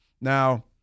Now